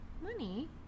money